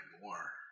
more